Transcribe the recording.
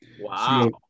Wow